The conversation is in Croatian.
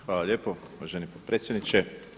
Hvala lijepo uvaženi potpredsjedniče.